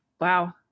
Wow